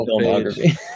filmography